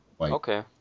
Okay